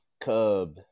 Cub